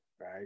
right